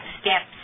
steps